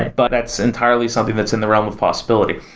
but that's entirely something that's in the realm of possibility